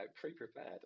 pre-prepared